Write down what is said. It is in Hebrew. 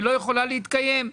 היא לא יכולה להתקיים.